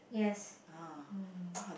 yes mm